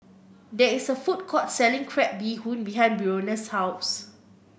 there is a food court selling Crab Bee Hoon behind Breonna's house